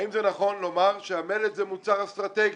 האם זה נכון לומר שהמלט הוא מוצר אסטרטגי?